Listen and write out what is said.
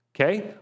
okay